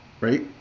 Right